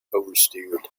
oversteered